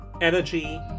Energy